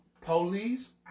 police